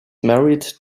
married